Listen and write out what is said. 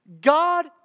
God